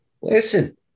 Listen